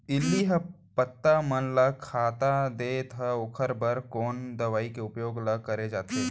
इल्ली ह पत्ता मन ला खाता देथे त ओखर बर कोन दवई के उपयोग ल करे जाथे?